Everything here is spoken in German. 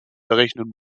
berechnen